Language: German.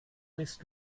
bist